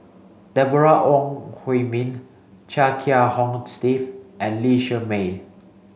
Deborah Ong Hui Min Chia Kiah Hong Steve and Lee Shermay